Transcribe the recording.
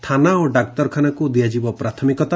ଥାନା ଓ ଡାକ୍ତରଖାନାକୁ ଦିଆଯିବ ପ୍ରାଥମିକତା